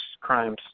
crimes